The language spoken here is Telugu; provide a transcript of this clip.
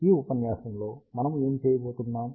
కాబట్టి ఈ ఉపన్యాసంలో మనము ఏమి చేయబోతున్నాం